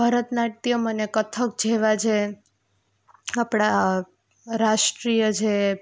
ભરતનાટ્યમ અને કથક જેવા જે આપણા રાષ્ટ્રીય જે